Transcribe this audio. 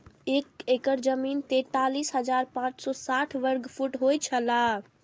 एक एकड़ जमीन तैंतालीस हजार पांच सौ साठ वर्ग फुट होय छला